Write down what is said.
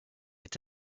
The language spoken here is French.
est